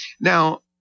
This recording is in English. now